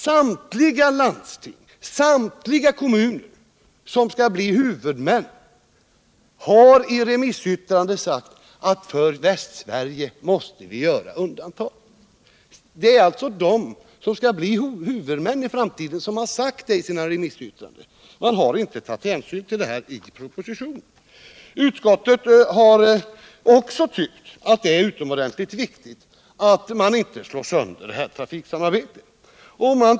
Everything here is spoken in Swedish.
Samtliga landsting och kommuner som skall bli huvudmän har också i remissyttranden sagt att för Västsverige måste det göras undantag. Det är alltså de som skall bli huvudmän i framtiden som sagt detta i sina remissyttranden. Men det har man inte tagit hänsyn till i propositionen. Utskottet har också tyckt att det är utomordentligt viktigt att inte slå sönder trafiksamarbetet.